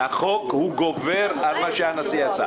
החוק גובר על מה שהנשיא עשה.